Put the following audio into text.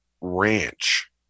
ranch